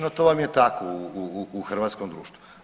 No to vam je tako u hrvatskom društvu.